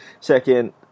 second